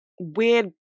weird